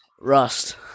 Rust